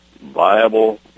viable